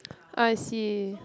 I see